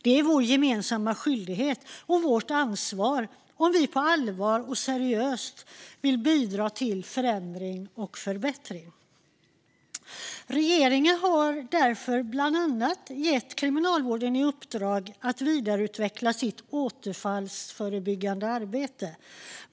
Detta är vår gemensamma skyldighet och vårt ansvar om vi på allvar vill bidra till förändring och förbättring. Regeringen har därför bland annat gett Kriminalvården i uppdrag att vidareutveckla sitt återfallsförebyggande arbete.